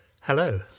Hello